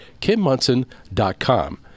kimmunson.com